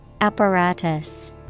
Apparatus